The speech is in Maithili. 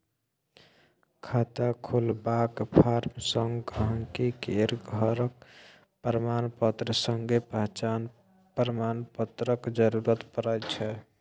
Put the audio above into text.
खाता खोलबाक फार्म संग गांहिकी केर घरक प्रमाणपत्र संगे पहचान प्रमाण पत्रक जरुरत परै छै